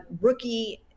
Rookie